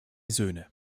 söhne